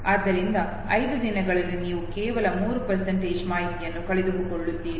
ಆದ್ದರಿಂದ 5 ದಿನಗಳಲ್ಲಿ ನೀವು ಕೇವಲ 3 ಮಾಹಿತಿಯನ್ನು ಕಳೆದುಕೊಳ್ಳುತ್ತೀರಿ